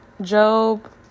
Job